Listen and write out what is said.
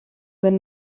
been